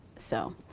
so,